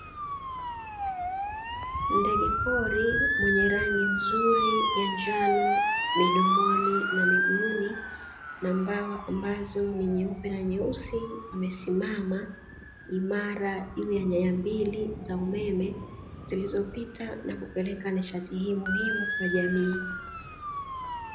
Ndege pori mwenye rangi nzuri ya njano midomoni na miguuni, na mbawa ambazo ni nyeupe na nyeusi, amesimama imara juu ya nyaya mbili za umeme zilizopita na kupeleka nishati hii muhimu kwa jamii.